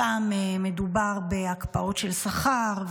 הפעם מדובר בהקפאות של שכר,